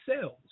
cells